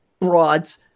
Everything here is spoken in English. broads